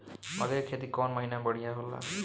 मकई के खेती कौन महीना में बढ़िया होला?